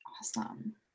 Awesome